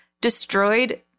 destroyed